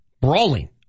brawling